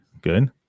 Good